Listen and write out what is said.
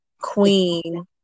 queen